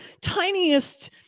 tiniest